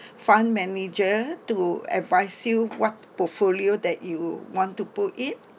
fund manager to advise you what portfolio that you want to put in